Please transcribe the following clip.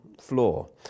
floor